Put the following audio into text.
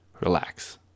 relax